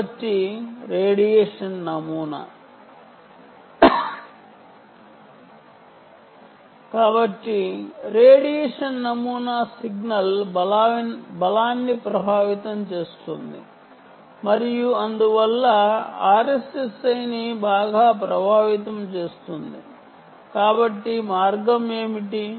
కాబట్టి రేడియేషన్ నమూనా సిగ్నల్ బలాన్ని ప్రభావితం చేస్తుంది మరియు అందువల్ల RSSI ని బాగా ప్రభావితం చేస్తుంది కాబట్టి మార్గం ఏమిటి